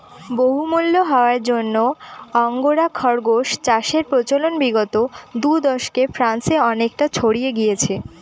বহুমূল্য হওয়ার জন্য আঙ্গোরা খরগোস চাষের প্রচলন বিগত দু দশকে ফ্রান্সে অনেকটা ছড়িয়ে গিয়েছে